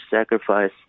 sacrifice